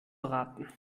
braten